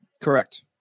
Correct